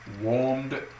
warmed